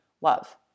love